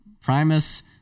Primus